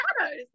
shadows